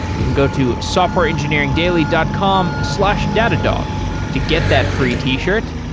you can go to softwareengineeringdaily dot com slash datadog to get that free t-shirt.